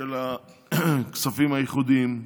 של הכספים הייחודיים,